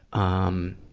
um,